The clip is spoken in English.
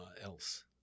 else